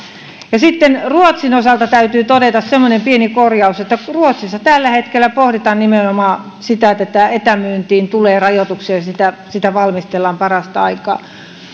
sitten ruotsin osalta täytyy todeta semmoinen pieni korjaus että ruotsissa tällä hetkellä pohditaan nimenomaan sitä että tähän etämyyntiin tulee rajoituksia ja sitä sitä valmistellaan parasta aikaa